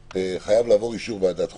חייב לעבור אישור ועדת החוקה.